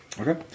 Okay